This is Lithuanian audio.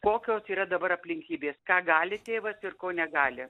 kokios yra dabar aplinkybės ką gali tėvas ir ko negali